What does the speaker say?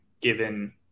given